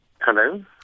Hello